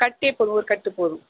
கட்டே போதும் ஒரு கட்டு போதும்